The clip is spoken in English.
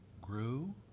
grew